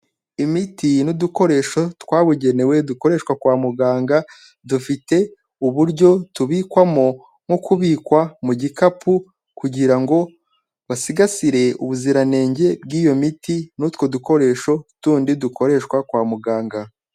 Imiti n'udukoresho twabugenewe dukoreshwa kwa muganga, dufite uburyo tubikwamo nko kubikwa mu gikapu kugira ngo basigasire ubuziranenge bw'iyo miti n'utwo dukoresho tundi dukoreshwa kwa muganga.